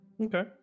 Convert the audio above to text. Okay